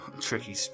tricky